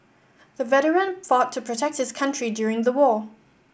the veteran fought to protect his country during the war